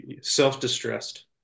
Self-distressed